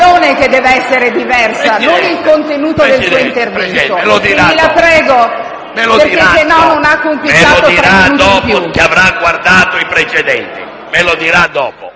che deve essere diversa, non il contenuto del suo intervento. Quindi la prego, altrimenti non ha conquistato tre minuti in più.